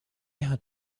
had